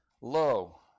Lo